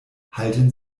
halten